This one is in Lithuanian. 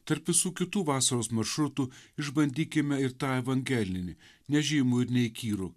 tarp visų kitų vasaros maršrutų išbandykime ir tai evangelinį nežymų ir neįkyrų